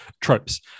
tropes